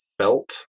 felt